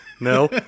no